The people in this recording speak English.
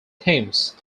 themes